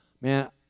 Man